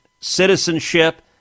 citizenship